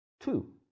two